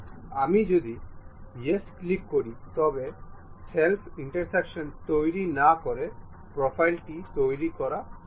আমি যদি YES click করি তবে সেলফ ইন্টারসেকটিং তৈরী না করে প্রোফাইল টি তৈরী করা সম্ভব না